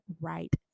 right